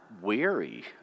weary